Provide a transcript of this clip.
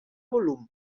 volum